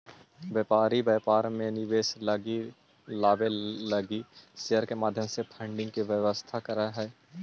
व्यापारी व्यापार में निवेश लावे लगी शेयर के माध्यम से फंडिंग के व्यवस्था करऽ हई